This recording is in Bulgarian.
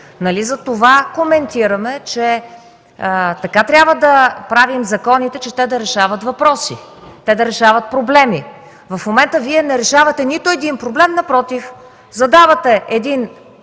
затова коментираме, че така трябва да правим законите, че те да решават въпроси, те да решават проблеми. В момента Вие не решаване нито един проблем, напротив – задавате един